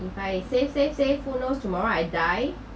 if I say say say who knows tomorrow I die